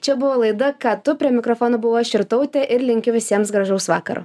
čia buvo laida ką tu prie mikrofono buvau aš irtautė ir linkiu visiems gražaus vakaro